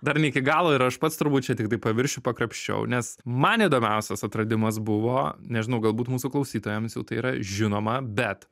dar ne iki galo ir aš pats turbūt čia tiktai paviršių pakrapščiau nes man įdomiausias atradimas buvo nežinau galbūt mūsų klausytojams jau tai yra žinoma bet